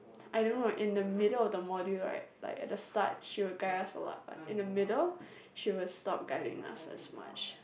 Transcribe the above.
I don't know in the middle of the module right like at the start she will guide us a lot but in the middle she will stop guiding us as much